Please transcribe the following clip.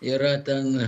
yra ten